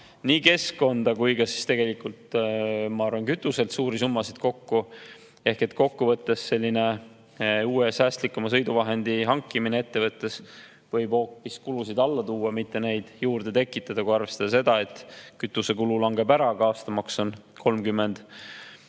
nii keskkonda kui ka tegelikult, ma arvan, kütuselt suuri summasid kokku. Kokkuvõttes võib uue, säästlikuma sõiduvahendi hankimine ettevõttes hoopis kulusid alla tuua, mitte neid juurde tekitada, kui arvestada seda, et kütusekulu langeb ära, aga aastamaks on vaid